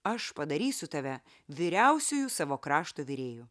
aš padarysiu tave vyriausiuoju savo krašto virėju